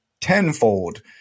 tenfold